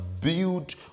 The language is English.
build